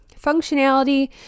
Functionality